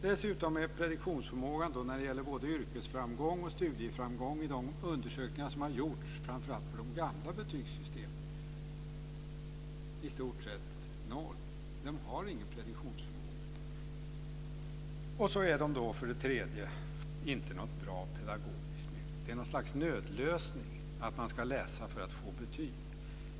Dessutom är prediktionsförmågan när det gäller både yrkesframgång och studieframgång i de undersökningar som har gjorts på framför allt de gamla betygssystemen i stort sett noll. Det finns ingen prediktionsförmåga. Betyg är inte något bra pedagogiskt medel. Det är något slags nödlösning att läsa för att få betyg.